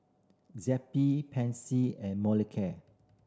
Zappy Pansy and Molicare